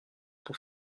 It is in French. pour